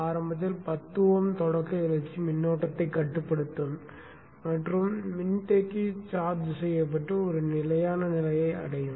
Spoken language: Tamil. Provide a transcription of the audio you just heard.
ஆரம்பத்தில் 10Ω தொடக்க எழுச்சி மின்னோட்டத்தை கட்டுப்படுத்தும் மற்றும் மின்தேக்கி சார்ஜ் செய்யப்பட்டு ஒரு நிலையான நிலையை அடையும்